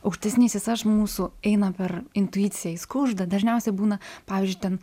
aukštesnysis aš mūsų eina per intuiciją jis kužda dažniausiai būna pavyzdžiui ten